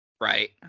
Right